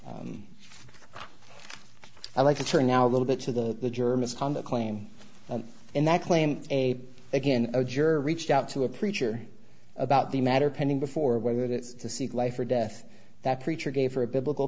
i'd like to turn now a little bit to the the germans condo claim and that claim a again a juror reached out to a preacher about the matter pending before whether it is to seek life or death that preacher gave her a biblical